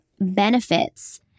benefits